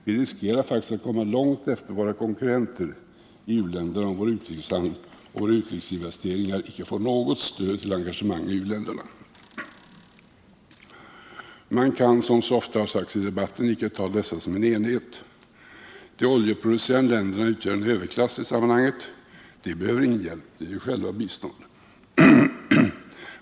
Vi riskerar faktiskt att hamna långt efter våra konkurrenter i u-länderna, om vår utrikeshandel och våra utrikesinvesteringar icke får något stöd till engagemang i u-länderna, Man kan, som så ofta har sagts i debatten, inte ta dessa som en enhet. De oljeproducerande länderna utgör en överklass i sammanhanget. De behöver ingen hjälp. De ger själva bistånd.